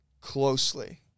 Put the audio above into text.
closely